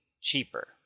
cheaper